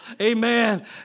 Amen